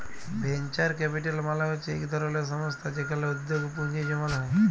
venture capital মালে হচ্যে ইক ধরলের সংস্থা যেখালে উদ্যগে পুঁজি জমাল হ্যয়ে